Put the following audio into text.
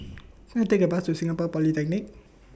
Can I Take A Bus to Singapore Polytechnic